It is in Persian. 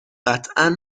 قطعا